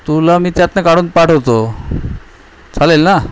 तुला मी त्यातून काढून पाठवतो चालेल ना